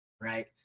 Right